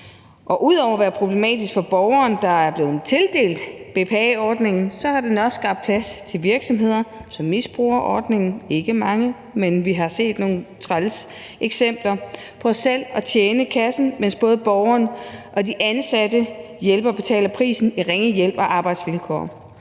Ud over at være problematisk for borgeren, der er blevet tildelt BPA-ordningen, har det også skabt plads til virksomheder, som misbruger ordningen – ikke mange, men vi har set nogle trælse eksempler på, at man selv scorer